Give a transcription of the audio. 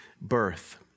birth